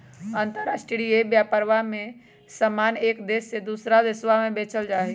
अंतराष्ट्रीय व्यापरवा में समान एक देश से दूसरा देशवा में बेचल जाहई